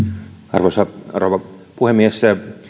arvoisa rouva puhemies